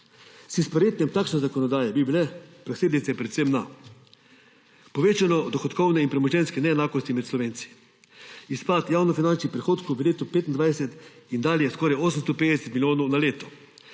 S sprejetjem takšne zakonodaje bi bile posledice predvsem na povečani dohodkovni in premoženjski neenakosti med Slovenci, izpad javnofinančnih prihodkov v letu 2025 in dalje skoraj 850 milijonov na leto.